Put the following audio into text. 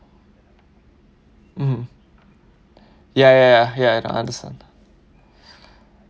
mm ya ya ya ya I understand